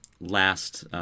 last